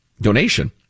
donation